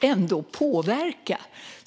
ändå påverka.